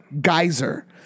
geyser